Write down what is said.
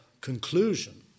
conclusion